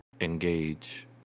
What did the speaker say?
engage